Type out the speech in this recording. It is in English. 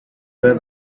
were